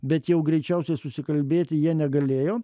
bet jau greičiausiai susikalbėti jie negalėjo